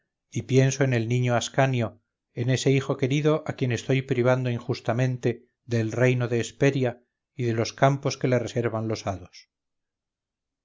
y pienso en el niño ascanio en ese hijo querido a quien estoy privando injustamente del reino de hesperia y de los campos que le reservan los hados